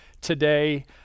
today